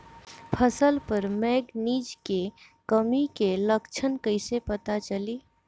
फसल पर मैगनीज के कमी के लक्षण कईसे पता चली?